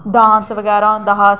dance बगैरा होंदा हा